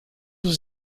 was